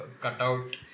cutout